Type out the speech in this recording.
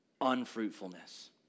unfruitfulness